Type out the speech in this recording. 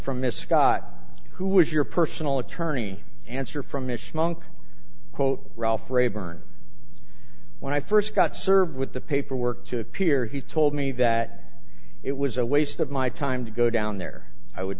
from misc who was your personal attorney answer from issue quote ralph rayburn when i first got served with the paperwork to appear he told me that it was a waste of my time to go down there i would